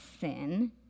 sin